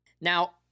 Now